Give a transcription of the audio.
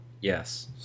yes